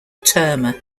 terma